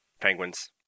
Penguins